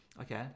Okay